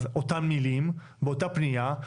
אז אותם מילים באותה פנייה,